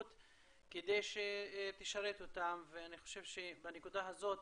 כדי שתשרת אותם ואני חושב שבנקודה הזאת